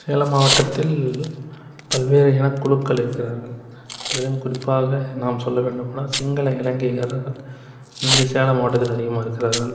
சேலம் மாவட்டத்தில் பல்வேறு இனக்குழுக்கள் இருக்கிறார்கள் அதுலேயும் குறிப்பாக நாம் சொல்ல வேண்டுமானால் சிங்கள இலங்கையர்கள் இங்கே சேலம் மாவட்டத்தில் அதிகமாக இருக்கிறார்கள்